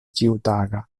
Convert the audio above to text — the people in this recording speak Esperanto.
ĉiutaga